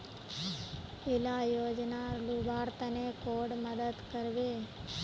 इला योजनार लुबार तने कैडा मदद करबे?